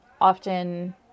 often